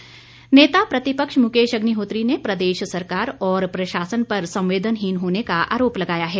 अग्निहोत्री नेता प्रतिपक्ष मुकेश अग्निहोत्री ने प्रदेश सरकार और प्रशासन पर संवेदनहीन होने का आरोप लगाया है